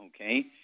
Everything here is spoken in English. Okay